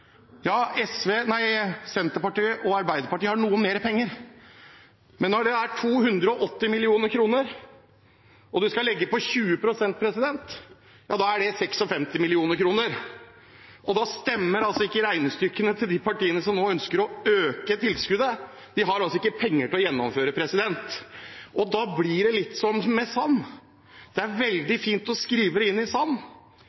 Senterpartiet og Arbeiderpartiet hadde noe mer penger. Men når man har 280 mill. kr og skal legge på 20 pst., blir det 56 mill. kr. Da stemmer ikke regnestykkene til de partiene som nå ønsker å øke tilskuddet. De har altså ikke penger til å gjennomføre. Da blir det litt som det er med sand: Det er